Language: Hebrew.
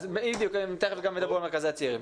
בדיוק, תיכף ידברו גם על מרכזי הצעירים.